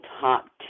top